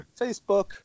Facebook